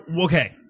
Okay